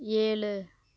ஏழு